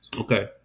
Okay